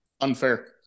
Unfair